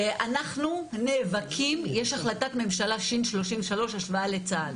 אנחנו נאבקים, יש החלטת ממשלה ש(33) השוואה לצה"ל.